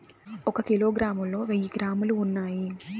ఒక కిలోగ్రామ్ లో వెయ్యి గ్రాములు ఉన్నాయి